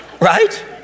Right